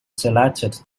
selected